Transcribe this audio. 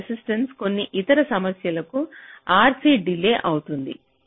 ఎక్కువ రెసిస్టెన్స కొన్ని ఇతర సమస్యలకు RC డిలే అవుతుంది